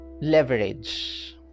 leverage